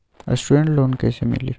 Student loan कैसे मिली?